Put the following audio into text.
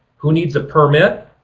who needs a permit?